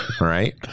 Right